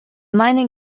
mining